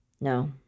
No